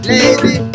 Lazy